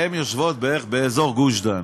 יושבות בערך באזור גוש דן.